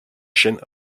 chêne